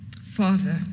Father